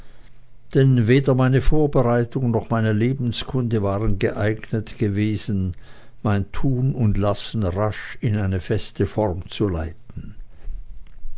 denn weder meine vorbereitung noch meine lebenskunde waren geeignet gewesen mein tun und lassen rasch in eine feste form zu leiten